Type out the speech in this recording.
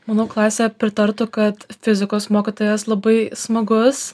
manau klasė pritartų kad fizikos mokytojas labai smagus